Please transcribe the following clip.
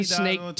snake